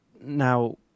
Now